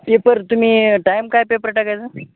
paper तुम्ही time काय paper टाकायचा